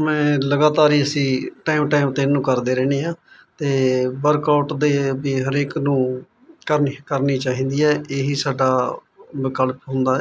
ਮੈਂ ਲਗਾਤਾਰ ਹੀ ਸੀ ਟਾਈਮ ਟਾਈਮ ਇਹਨੂੰ ਕਰਦੇ ਰਹਿੰਦੇ ਆਂ ਤੇ ਵਰਕਆਊਟ ਦੇ ਵੀ ਹਰੇਕ ਨੂੰ ਕਰਨੀ ਕਰਨੀ ਚਾਹੀਦੀ ਹੈ ਇਹੀ ਸਾਡਾ ਵਿਕਲਪ ਹੁੰਦਾ